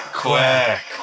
quack